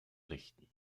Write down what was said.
richten